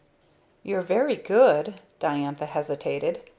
you're very good diantha hesitated.